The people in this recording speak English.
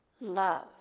Love